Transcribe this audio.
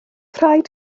rhaid